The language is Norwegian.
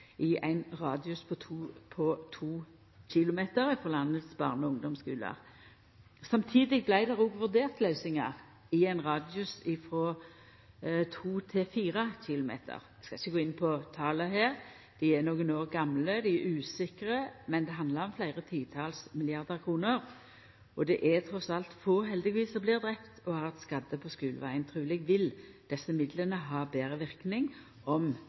i ein radius på 2 km frå landets barne- og ungdomsskular. Samstundes vart det òg vurdert løysingar i ein radius frå 2 til 4 km. Eg skal ikkje gå inn på tala her – dei er nokre år gamle, og dei er usikre, men det er snakk om fleire titals milliardar kroner, og det er trass alt få, heldigvis, som blir drepne eller hardt skadde på skulevegen. Truleg vil desse midlane ha betre verknad om